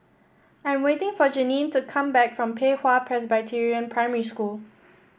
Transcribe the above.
I'm waiting for Janine to come back from Pei Hwa Presbyterian Primary School